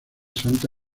santa